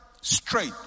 straight